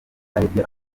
aribyo